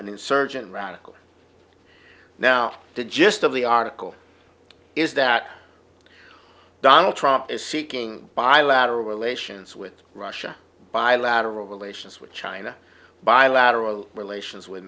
and insurgent radical now the gist of the article is that donald trump is seeking bilateral relations with russia bilateral relations with china bilateral relations with